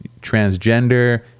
transgender